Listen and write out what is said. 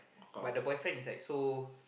but the boyfriend is like so